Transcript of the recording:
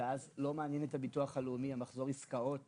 ואז לא מעניין את הביטוח הלאומי מחזור העסקאות